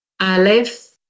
Aleph